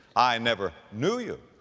i never knew you.